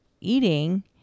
eating